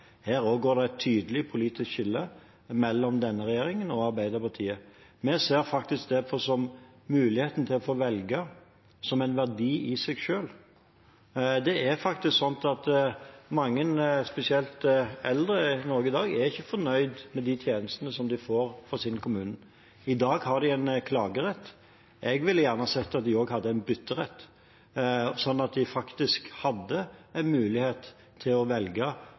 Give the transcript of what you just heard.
Her også går det et tydelig politisk skille mellom denne regjeringen og Arbeiderpartiet. Vi ser på det å få muligheten til å få velge som en verdi seg selv. Det er faktisk sånn at mange, spesielt eldre, i Norge i dag ikke er fornøyd med de tjenestene som de får fra sin kommune. I dag har de en klagerett. Jeg ville gjerne sett at de også hadde en bytterett, at de faktisk hadde mulighet til å velge